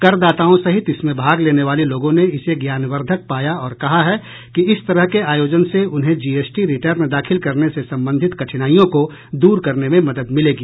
कर दाताओं सहित इसमें भाग लेने वाले लोगों ने इसे ज्ञानवर्द्धक पाया और कहा है कि इस तरह के आयोजन से उन्हें जीएसटी रिटर्न दाखिल करने से संबंधित कठिनाईयों को दूर करने में मदद मिलेगी